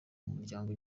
muryango